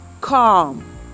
calm